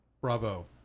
Bravo